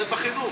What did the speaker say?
זה בחינוך.